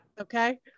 Okay